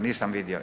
Nisam vidimo.